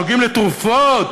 שנוגעים לתרופות,